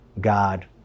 God